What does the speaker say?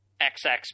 XX